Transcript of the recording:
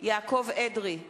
יעקב אדרי,